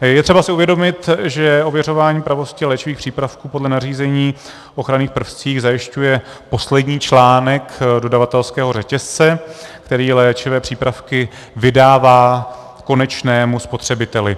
Je třeba si uvědomit, že ověřování pravosti léčivých přípravků podle nařízení o ochranných prvcích zajišťuje poslední článek dodavatelského řetězce, který léčivé přípravky vydává konečnému spotřebiteli.